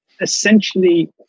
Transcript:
Essentially